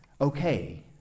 okay